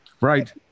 Right